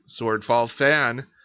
swordfallfan